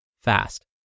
fast